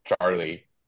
Charlie